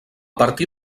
partir